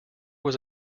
was